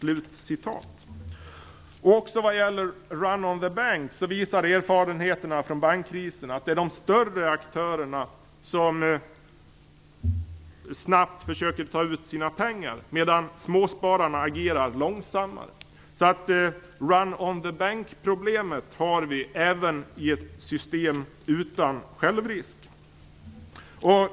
Även vad gäller run on the bank visar erfarenheterna från bankkrisen att det är de större aktörerna som snabbt försöker ta ut sina pengar, medan småspararna agerar långsammare. Run on the bankproblemet har vi även i ett system utan självrisk.